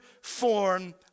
form